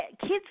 kids